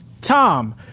Tom